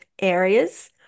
areas